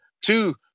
two